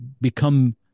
become